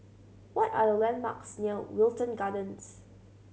what are the landmarks near Wilton Gardens